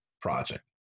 project